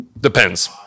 Depends